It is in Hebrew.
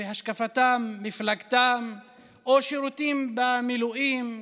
מפלגתם או שירותם במילואים,